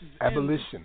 Abolition